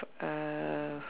uh